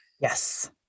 Yes